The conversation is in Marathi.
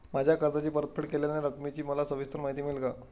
माझ्या कर्जाची परतफेड केलेल्या रकमेची मला सविस्तर माहिती मिळेल का?